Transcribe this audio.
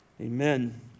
Amen